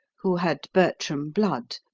who had bertram blood,